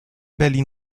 berlin